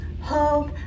hope